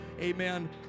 amen